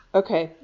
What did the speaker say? okay